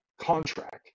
contract